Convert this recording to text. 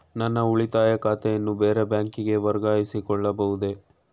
ನನ್ನ ಉಳಿತಾಯ ಖಾತೆಯನ್ನು ಬೇರೆ ಬ್ಯಾಂಕಿಗೆ ವರ್ಗಾಯಿಸಿಕೊಳ್ಳಬಹುದೇ?